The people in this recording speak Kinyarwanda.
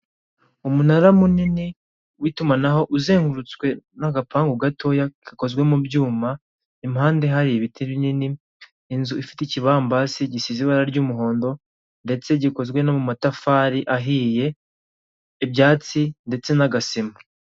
Umunara munini w'itumanaho, uzengurutswe n'agapangu gato gakozwe mu byuma, impande hari ibiti binini, inzu ifite ikibambasi gisize ibara ry'umuhondo, ndetse gikozwe no mu matafari ahiye, ibyatsi, ndetse n'agasima.